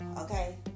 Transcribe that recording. okay